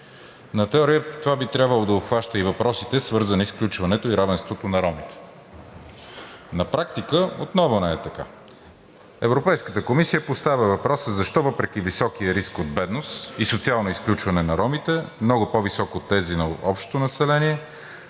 На теория това би трябвало да обхваща и въпросите, свързани с включването и равенството на ромите. На практика отново не е така. Европейската комисия поставя въпроса защо въпреки високия риск от бедност и социално изключване на ромите – много по-висок от тези на общото население,